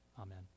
Amen